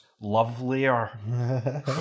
lovelier